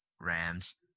Rams